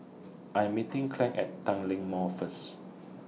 I Am meeting Claud At Tanglin Mall First